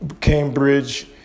Cambridge